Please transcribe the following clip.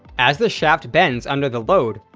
as the shaft bends under the load,